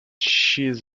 she’s